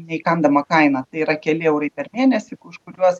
neįkandama kaina tai yra keli eurai per mėnesį kažkokios